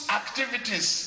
activities